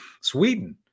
sweden